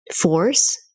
force